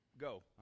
go